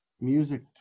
Music